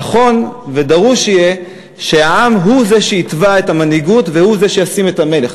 נכון ודרוש יהיה שהעם הוא זה שיתבע את המנהיגות והוא זה שישים את המלך.